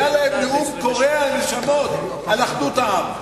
היה להם נאום קורע נשמות על אחדות העם.